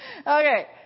Okay